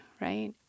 right